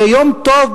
ביום טוב,